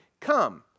come